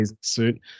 suit